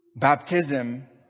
baptism